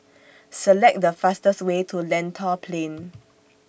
Select The fastest Way to Lentor Plain